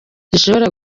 zishobora